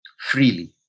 freely